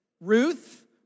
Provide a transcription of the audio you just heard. Ruth